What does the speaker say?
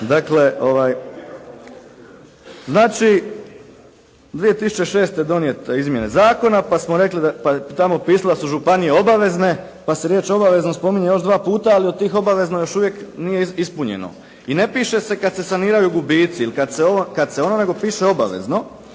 (SDP)** Znači, 2006. donijet te izmjene zakona, pa je tamo pisalo da su županije obavezne, pa se riječ obavezno spominje još 2 puta, ali tih obavezno još uvijek nije ispunjeno i ne piše se kad se saniraju gubici ili kad se ovo ili kad se ono, nego piše obavezno